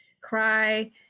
cry